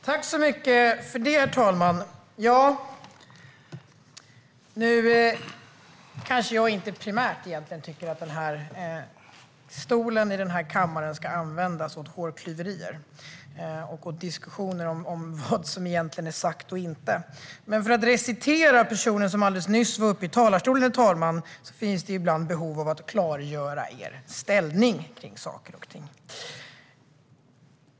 Herr talman! Jag tycker inte att talarstolen i kammaren primärt ska användas för hårklyverier och diskussioner om vad som egentligen är sagt eller inte. Men med tanke på vad personen som alldeles nyss var uppe i talarstolen sa, herr talman, finns det ibland behov av att klargöra Sverigedemokraternas ställning.